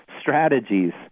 strategies